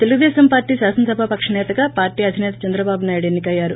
Telugu Desam party శాసనసభాపక్షనేతగా party అధినేత చంద్రబాబు నాయుడు ఎన్ని కయ్యారు